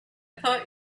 thought